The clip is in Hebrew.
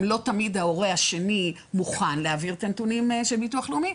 גם לא תמיד ההורה השני מוכן להעביר את הנתונים של ביטוח לאומי,